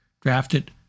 drafted